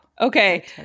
Okay